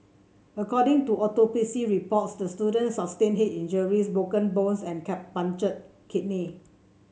according to autopsy reports the student sustained head injuries broken bones and a punctured kidney